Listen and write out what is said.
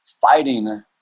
fighting